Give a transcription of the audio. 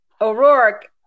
O'Rourke